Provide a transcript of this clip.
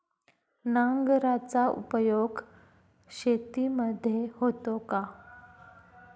नांगराचा उपयोग शेतीमध्ये होतो का?